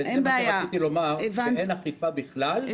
מה שרציתי לומר זה שאין אכיפה בכלל,